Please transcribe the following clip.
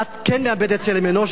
את כן מאבדת צלם אנוש,